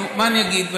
נו, מה אני אגיד?